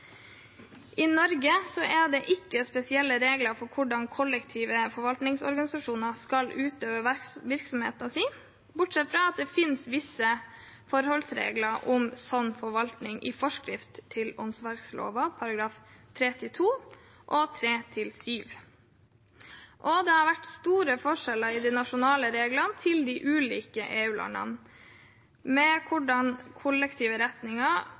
I Norge er det ikke spesielle regler for hvordan kollektive forvaltningsorganisasjoner skal utøve virksomheten sin, bortsett fra at det finnes visse forholdsregler om slik forvaltning i forskrift til åndsverkloven §§ 3-2 til 3-7. Det har vært store forskjeller i de nasjonale reglene til de ulike EU-landene med hensyn til hvordan kollektive